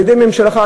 על-ידי ממשלתך,